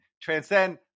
transcend